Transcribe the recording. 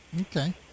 Okay